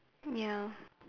ya